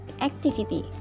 activity